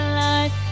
life